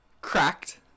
cracked